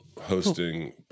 hosting